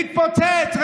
תתפוצץ, תתפוצץ.